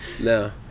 No